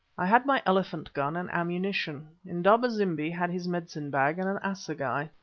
i had my elephant gun and ammunition. indaba-zimbi had his medicine bag and an assegai.